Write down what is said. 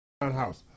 house